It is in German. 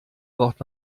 braucht